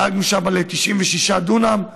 דאגנו שם ל-96 דונם,